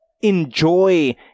enjoy